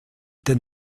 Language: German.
den